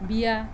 বিয়া